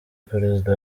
perezida